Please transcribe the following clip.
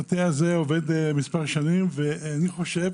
המטה הזה עובד מספר שנים ואני חושב,